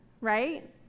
right